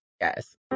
yes